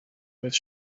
with